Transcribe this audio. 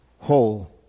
whole